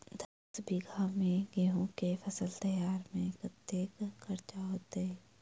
दस बीघा मे गेंहूँ केँ फसल तैयार मे कतेक खर्चा हेतइ?